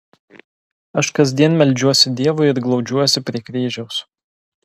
aš kasdien meldžiuosi dievui ir glaudžiuosi prie kryžiaus